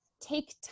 take